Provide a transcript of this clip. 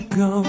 go